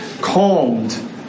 calmed